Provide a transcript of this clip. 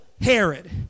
herod